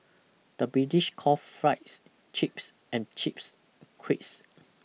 the British call fries chips and chips crisps